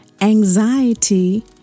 anxiety